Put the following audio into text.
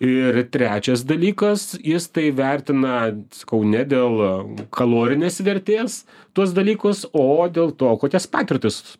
ir trečias dalykas jis tai vertina sakau ne dėl kalorinės vertės tuos dalykus o dėl to kokias patirtis